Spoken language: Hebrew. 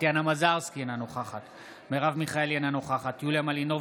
טטיאנה מזרסקי, אינה נוכחת מרב מיכאלי, אינה נוכחת